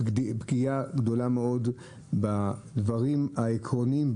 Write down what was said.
לפגיעה גדולה מאוד בדברים העקרוניים,